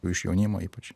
o iš jaunimo ypač